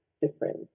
different